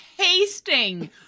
tasting